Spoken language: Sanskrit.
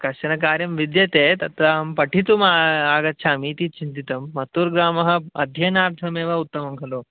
किञ्चन कार्यं विद्यते तत्राहं पठितुम् आ आगच्छामि इति चिन्तितं मत्तूर्ग्रामम् अध्ययनार्थमेव उत्तमं खलु